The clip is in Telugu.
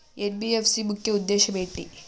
ఎన్.బి.ఎఫ్.సి ముఖ్య ఉద్దేశం ఏంటి?